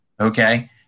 Okay